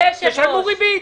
תשלמו ריבית.